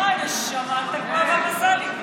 אוי, נשמה, אתה כמו הבבא סאלי.